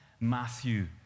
Matthew